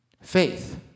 Faith